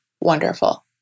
wonderful